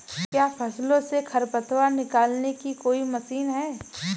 क्या फसलों से खरपतवार निकालने की कोई मशीन है?